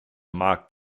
markt